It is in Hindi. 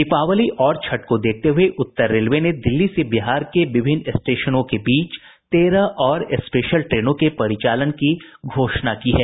दीपावली और छठ को देखते हुये उत्तर रेलवे ने दिल्ली से बिहार के विभिन्न स्टेशनों के बीच तेरह और स्पेशल ट्रेनों के परिचालन की घोषणा की है